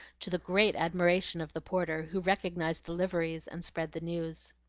to the great admiration of the porter, who recognized the liveries and spread the news.